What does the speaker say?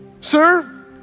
sir